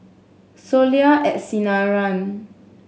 Soleil at Sinaran